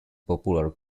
popular